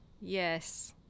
yes